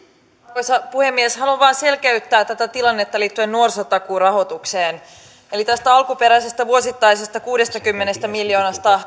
arvoisa puhemies haluan vain selkeyttää tätä tilannetta liittyen nuorisotakuurahoitukseen eli tästä alkuperäisestä vuosittaisesta kuudestakymmenestä miljoonasta